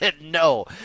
No